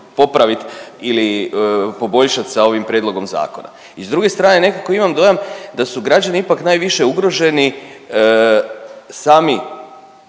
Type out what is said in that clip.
popravit ili poboljšat sa ovim prijedlogom zakona. I s druge strane nekako imam dojam da su građani ipak najviše ugroženi sami